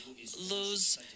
lose